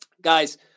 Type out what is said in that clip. Guys